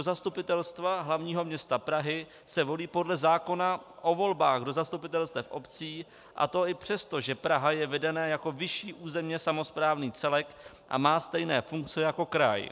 Zastupitelstva hlavního města Prahy se volí podle zákona o volbách do zastupitelstev obcí, a to i přesto, že Praha je vedena jako vyšší územně samosprávný celek a má stejné funkce jako kraj.